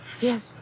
Yes